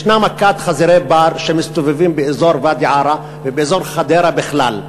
יש מכת חזירי בר שמסתובבים באזור ואדי-עארה ובאזור חדרה בכלל.